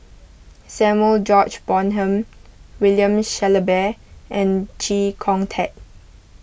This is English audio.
Samuel George Bonham William Shellabear and Chee Kong Tet